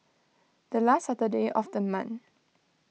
the last Saturday of the month